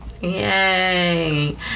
Yay